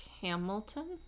Hamilton